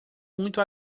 muito